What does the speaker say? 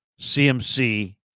CMC